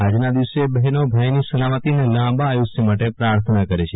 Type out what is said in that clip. આજના દિવસે બહેનો ભાઈની સલામતી અને લાંબા આયુષ્ય માટે પ્રાર્થના કરે છે